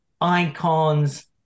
icons